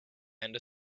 and